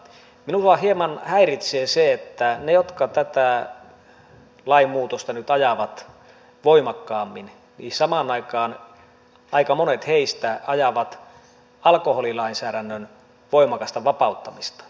mutta minua hieman häiritsee se että samaan aikaan aika monet heistä jotka tätä lainmuutosta nyt ajavat voimakkaammin samaan aikaan aika monet voimakkaimmin ajavat alkoholilainsäädännön voimakasta vapauttamista